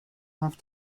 have